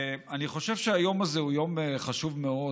אני חושב שהיום הזה הוא יום חשוב מאוד,